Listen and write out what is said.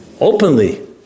openly